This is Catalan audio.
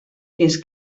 fins